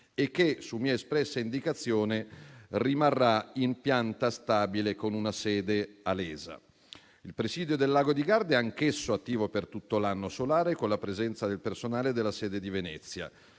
e che, su mia espressa indicazione, rimarrà in pianta stabile con una sede a Lesa. Il presidio del lago di Garda è anch'esso attivo per tutto l'anno solare, con la presenza del personale della sede di Venezia.